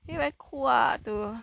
feel very cool ah to